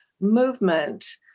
movement